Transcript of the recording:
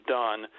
done